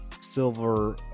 silver